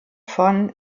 von